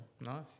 Nice